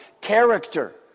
character